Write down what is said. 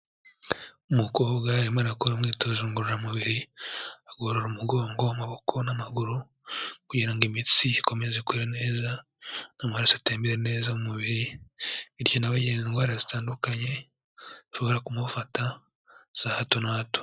Umukobwa arimo akora imyitozo ngororamubiri, agorora umugongo, amaboko n'amaguru, kugira ngo imitsi ikomeze ku mera neza, n'amaraso atembera neza mu mubiri, birinda indwara zitandukanye zishobora kumufata za hato na hato.